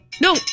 No